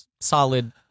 solid